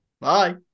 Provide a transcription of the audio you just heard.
bye